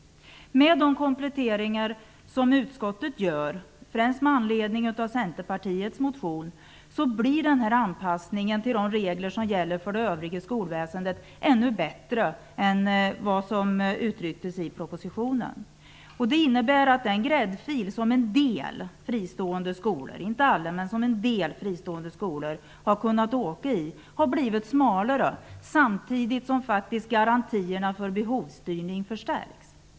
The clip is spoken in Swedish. Med de kompletteringar som utskottet gör främst med anledning av Centerpartiets motion blir anpassningen till de regler som gäller för det övriga skolväsendet ännu bättre än vad som uttrycktes i propositionen. Det innebär att den gräddfil som en del - inte alla - fristående skolor har kunnat åka i har blivit smalare samtidigt som garantierna för behovsstyrning förstärks.